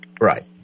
Right